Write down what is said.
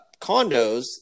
Condos